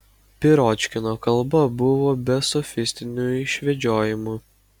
piročkino kalba buvo be sofistinių išvedžiojimų